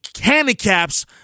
handicaps